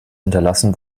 hinterlassen